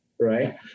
Right